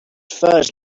first